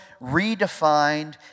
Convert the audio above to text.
redefined